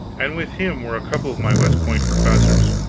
and with him were a couple of my west point professors.